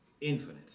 infinite